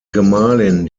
gemahlin